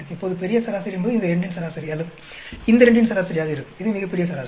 இப்போது பெரிய சராசரி என்பது இந்த இரண்டின் சராசரி அல்லது இந்த இரண்டின் சராசரியாக இருக்கும் இது மிகப்பெரிய சராசரி